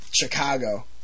Chicago